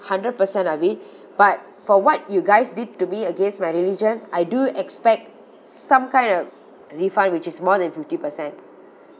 hundred percent of it but for what you guys did to be against my religion I do expect some kind of refund which is more than fifty percent